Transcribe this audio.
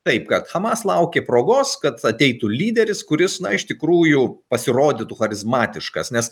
taip kad hamas laukė progos kad ateitų lyderis kuris iš tikrųjų pasirodytų charizmatiškas nes